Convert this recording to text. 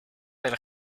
del